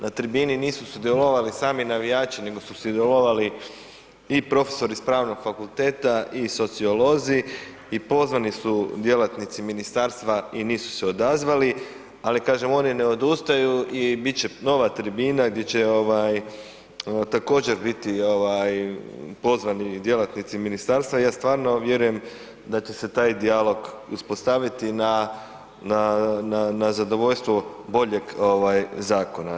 Na tribini nisu sudjelovali sami navijači nego su sudjelovali i profesori s pravnog fakulteta i sociolozi i pozvani su djelatnici ministarstva i nisu se odazvali, ali kažem oni ne odustaju i bit će nova tribina gdje će ovaj također biti ovaj pozvani djelatnici ministarstva, ja stvarno vjerujem da će se taj dijalog uspostaviti na, na, na, na zadovoljstvo boljeg ovaj zakona.